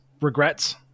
regrets